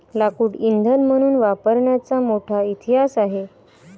लाकूड इंधन म्हणून वापरण्याचा मोठा इतिहास आहे